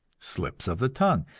slips of the tongue,